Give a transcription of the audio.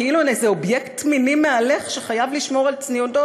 כאילו הן איזה אובייקט מיני מהלך שחייב לשמור על צניעותו,